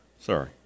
Sorry